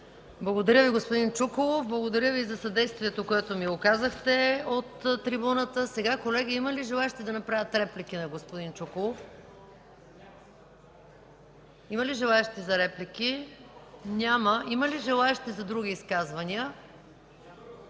Благодаря Ви, господин Чуколов. Благодаря Ви за съдействието, което ми оказахте от трибуната. Колеги, има ли желаещи да направят реплики на господин Чуколов? Има ли желаещи за реплики? Няма. Има ли желаещи за други изказвания?